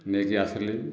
ନେଇକି ଆସିଲି